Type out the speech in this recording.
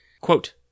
Quote